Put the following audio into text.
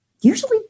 usually